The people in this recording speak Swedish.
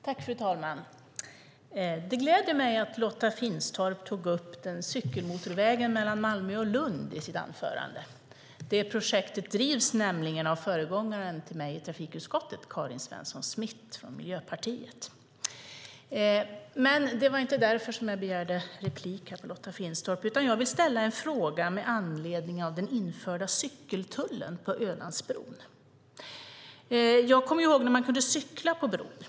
Fru talman! Det gläder mig att Lotta Finstorp tog upp cykelmotorvägen mellan Malmö och Lund i sitt anförande. Det projektet drivs nämligen av föregångaren till mig i trafikutskottet, Karin Svensson Smith från Miljöpartiet. Det var inte därför jag begärde replik på Lotta Finstorp, utan jag vill ställa en fråga med anledning av den införda cykeltullen på Ölandsbron. Jag kommer ihåg när man kunde cykla på bron.